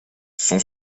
son